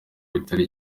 bitari